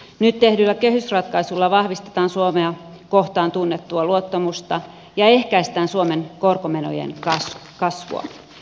nyt tehdyllä kehysratkaisulla vahvistetaan suomea kohtaan tunnettua luottamusta ja ehkäistään suomen korkomenojen kasvua